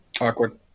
awkward